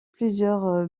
plusieurs